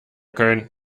könnt